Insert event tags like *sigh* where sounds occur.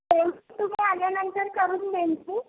पैसे *unintelligible* तुम्ही आल्यानंतर करून देईन *unintelligible*